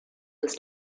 des